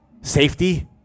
Safety